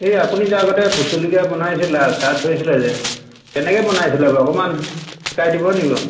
এই আপুনি যে আগতে ভোট জলকীয়া বনাইছিলে যে আচাৰ থৈছিলে যে কেনেকৈ বনাইছিলে বাও অকণমান শিকাই দিব নেকি বাও